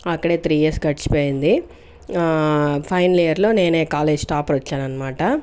అక్కడే three years గడిచిపోయింది ఆ ఫైనల్ ఇయర్ లో నేనే కాలేజ్ టాపర్ వచ్చాననమాట